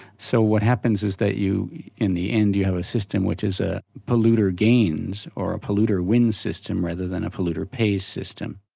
so what happens is that in the end you have a system which is a polluter gains, or a polluter wins system rather than a polluter pays system.